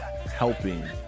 helping